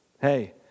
Hey